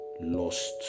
lost